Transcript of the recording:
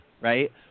right